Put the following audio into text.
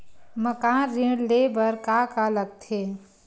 मकान ऋण ले बर का का लगथे?